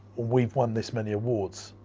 we've won this many awards.